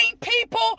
people